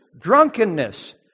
drunkenness